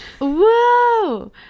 Whoa